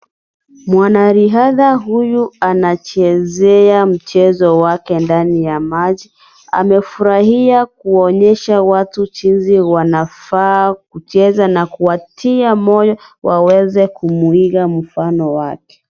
Mwanariadha huyu anachezea mchezo wake ndani ya maji, amefurahia kuonyesha watu jinsi wanafaa kucheza na kuwatia moyo waweze kumuiga mfano wake.